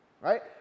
right